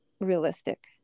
realistic